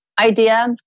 idea